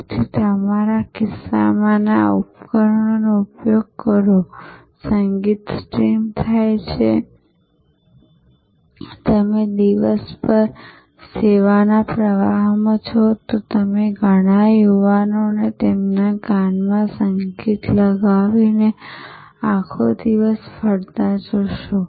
તેથી તમારા ખિસ્સામાંના ઉપકરણોનો ઉપયોગ કરો સંગીત સ્ટ્રીમ થાય છે અને તમે દિવસભર સેવાના પ્રવાહમાં છો તમે ઘણા યુવાનોને તેમના કાનમાં સંગીત લગાવીને આખો દિવસ ફરતા જોશો